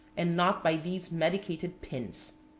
and not by these medicated pins.